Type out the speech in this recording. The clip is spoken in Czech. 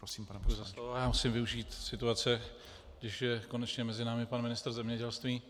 Musím využít situace, když je konečně mezi námi pan ministr zemědělství.